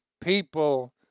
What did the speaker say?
people